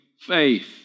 faith